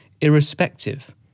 irrespective